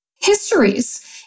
histories